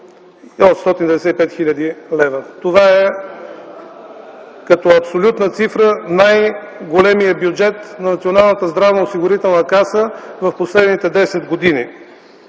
895 хил. лв. Това е като абсолютна цифра най-големият бюджет на Националната здравноосигурителна каса за последните десет години